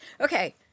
Okay